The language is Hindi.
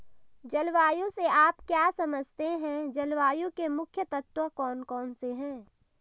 जलवायु से आप क्या समझते हैं जलवायु के मुख्य तत्व कौन कौन से हैं?